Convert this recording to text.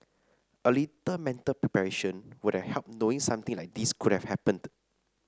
a little mental preparation would have helped knowing something like this could have happened